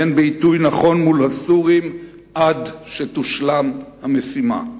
והן בעיתוי נכון מול הסורים עד שתושלם המשימה.